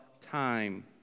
time